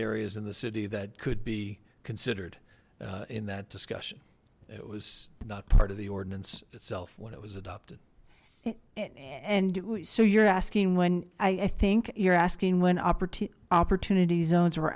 areas in the city that could be considered in that discussion it was not part of the ordinance itself when it was adopted and so you're asking when i think you're asking when opportunity zones